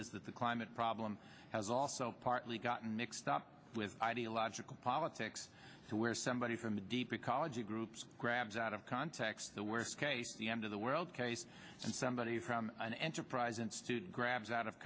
is that the climate problem has also partly gotten mixed up with ideological politics where somebody from the deep ecology groups grabs out of context the where the end of the world case and somebody from an enterprise institute grabs out of